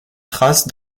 trace